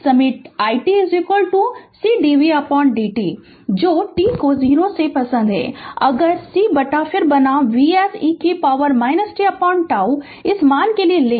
Refer Slide Time 0935 समय i t c dvdt जो t को 0 से पसंद है अगर c बटा फिर बनाम Vs e कि पॉवर tτ इस मान का लें लें